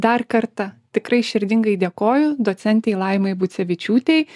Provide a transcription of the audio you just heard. dar kartą tikrai širdingai dėkoju docentei laimai bucevičiūtei